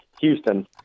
Houston